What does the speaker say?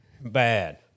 Bad